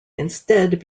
instead